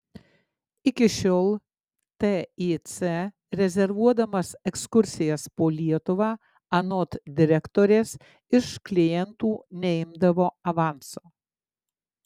iki šiol tic rezervuodamas ekskursijas po lietuvą anot direktorės iš klientų neimdavo avanso